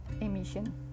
emission